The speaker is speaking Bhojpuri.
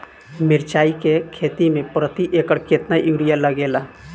मिरचाई के खेती मे प्रति एकड़ केतना यूरिया लागे ला?